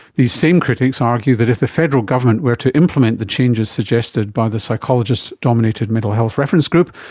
these same critics argue that if the federal government were to implement the changes suggested by the psychologist-dominated mental health reference group,